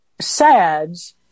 SADS